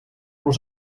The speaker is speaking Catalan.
los